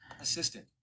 assistant